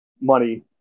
money